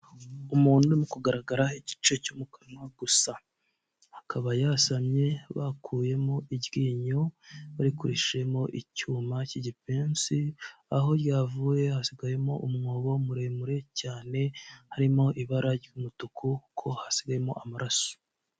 Umuntu uri kugaragara igice cyo mu kanwa gusa akaba yasamye bakuyemo iryinyo barikurishijemo icyuma cy'igipensi aho ryavuye hasigayemo umwobo muremure cyane harimo ibara ry'umutuku ko hasigayemo amaraso.